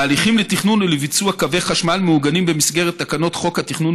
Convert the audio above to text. ההליכים לתכנון ולביצוע קווי חשמל מעוגנים במסגרת תקנות חוק התכנון